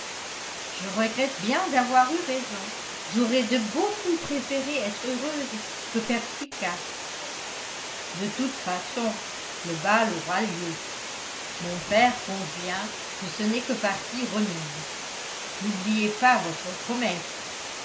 je regrette bien d'avoir eu raison j'aurais de beaucoup préféré être heureuse que perspicace de toute façon le bal aura lieu mon père compte bien que ce n'est que partie remise n'oubliez pas votre promesse